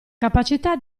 capacità